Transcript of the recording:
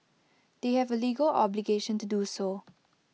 they have A legal obligation to do so